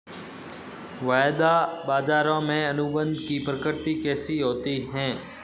वायदा बाजारों में अनुबंध की प्रकृति कैसी होती है?